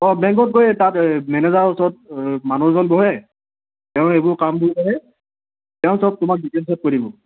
অঁ বেংকত গৈ তাত মেনেজাৰৰ ওচৰত মানুহ এজন বহে তেওঁ এইবোৰ কাম কৰে তেওঁ সব তোমাক ডিটেইলছত কৈ দিব